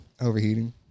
Overheating